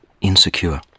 insecure